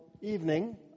evening